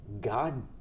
God